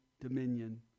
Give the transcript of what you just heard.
dominion